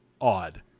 odd